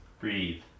Breathe